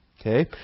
Okay